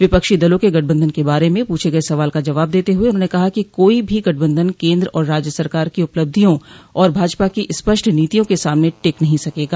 विपक्षी दलों के गठबंधन के बारे में पूछे गये सवाल का जवाब देते हुए उन्होंने कहा कि कोई भी गठबंधन केन्द्र और राज्य सरकार की उपलब्धियों और भाजपा की स्पष्ट नीतियों के सामने टिक नहीं सकेगा